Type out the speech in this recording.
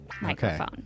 microphone